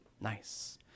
nice